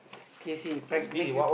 K see pack make you